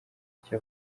icyo